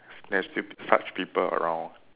there's still such people around